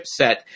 chipset